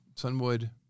Sunwood